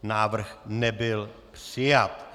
Návrh nebyl přijat.